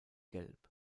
gelb